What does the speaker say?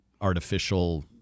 artificial